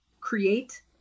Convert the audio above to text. create